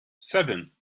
seven